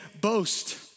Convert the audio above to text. boast